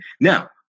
Now